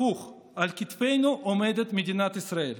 הפוך, על כתפינו עומדת מדינת ישראל.